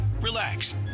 Relax